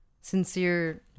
sincere